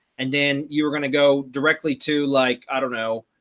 and then you were going to go directly to like, i don't know,